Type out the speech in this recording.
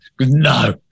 No